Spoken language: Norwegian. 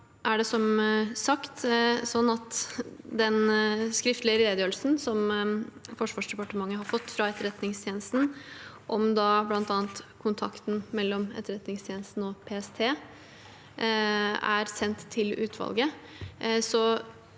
Det er som sagt slik at den skriftlige redegjørelsen som Forsvarsdepartementet har fått fra Etterretningstjenesten, om bl.a. kontakten mellom Etterretningstjenesten og PST, er sendt til utvalget.